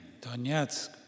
Donetsk